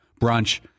brunch